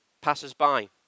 Passers-by